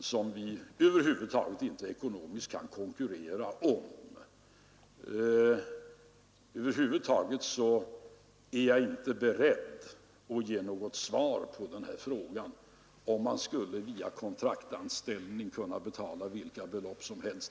som vi ekonomiskt inte kan konkurrera om. Över huvud taget är jag inte beredd att ge något svar på frågan, huruvida man skulle via kontraktsanställning kunna betala vilka belopp som helst.